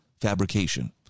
fabrication